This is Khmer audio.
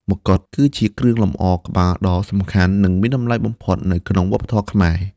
ម្កុដ គឺជាគ្រឿងលម្អក្បាលដ៏សំខាន់ និងមានតម្លៃបំផុតនៅក្នុងវប្បធម៌ខ្មែរ។